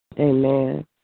Amen